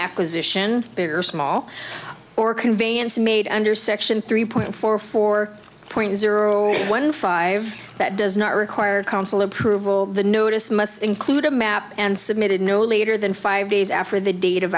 acquisition big or small or conveyance made under section three point four four point zero one five that does not require council approval the notice must include a map and submitted no later than five days after the date of